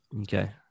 Okay